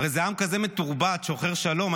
הרי זה עם כזה מתורבת, שוחר שלום.